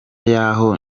yaho